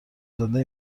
زنده